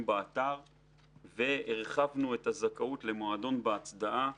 באתר והרחבנו את הזכאות למועדון "בהצדעה"